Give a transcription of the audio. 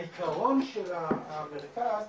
העיקרון של המרכז,